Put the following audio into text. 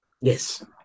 Yes